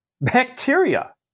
bacteria